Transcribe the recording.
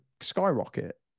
skyrocket